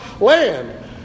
land